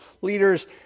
leaders